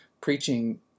preaching